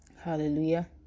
Hallelujah